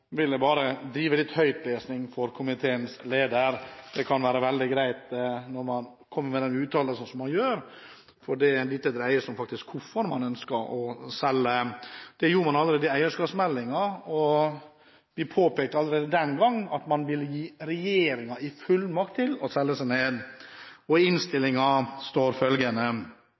vil jeg drive litt høytlesning for komiteens leder. Det kan være veldig greit når han kommer med den uttalelsen han gjør, for dette dreier seg faktisk om hvorfor man ønsker å selge. Det gjorde man rede for allerede i eierskapsmeldingen; vi påpekte allerede den gangen at man ville gi regjeringen fullmakt til å selge seg ned. I innstillingen står